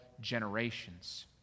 generations